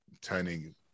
turning